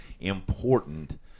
important